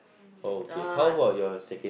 okay how about your sec